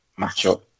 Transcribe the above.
matchup